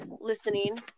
listening